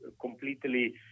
completely